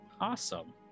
Awesome